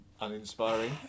uninspiring